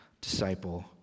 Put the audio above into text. disciple